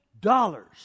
dollars